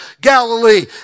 Galilee